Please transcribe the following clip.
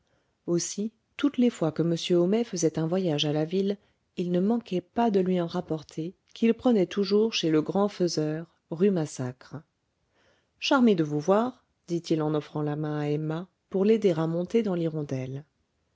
aussi toutes les fois que m homais faisait un voyage à la ville il ne manquait pas de lui en rapporter qu'il prenait toujours chez le grand faiseur rue massacre charmé de vous voir dit-il en offrant la main à emma pour l'aider à monter dans l'hirondelle